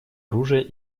оружия